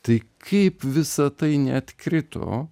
tai kaip visa tai ne atkrito